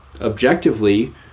objectively